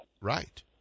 Right